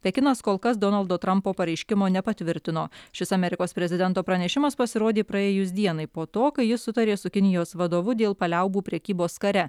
pekinas kol kas donaldo trampo pareiškimo nepatvirtino šis amerikos prezidento pranešimas pasirodė praėjus dienai po to kai jis sutarė su kinijos vadovu dėl paliaubų prekybos kare